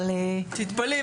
אבל --- תתפלאי,